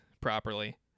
properly